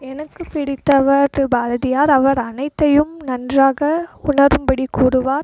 எனக்கு பிடித்தவர் பாரதியார் அவர் அனைத்தையும் நன்றாக உணரும் படி கூறுவார்